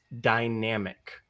dynamic